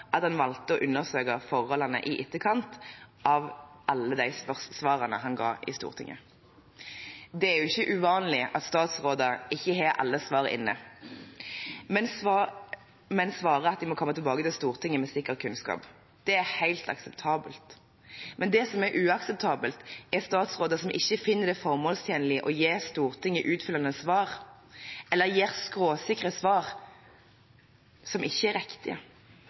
at han valgte å undersøke forholdene i etterkant av alle de svarene han ga i Stortinget. Det er ikke uvanlig at statsråder ikke har alle svar inne, men svarer at de må komme tilbake til Stortinget med sikker kunnskap. Det er helt akseptabelt. Men det som er uakseptabelt, er statsråder som ikke finner det formålstjenlig å gi Stortinget utfyllende svar, eller gir skråsikre svar som ikke er riktige.